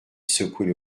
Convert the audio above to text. secouer